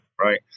right